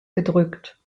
gedrückt